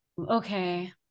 Okay